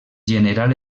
general